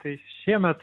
tai šiemet